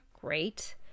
Great